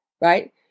right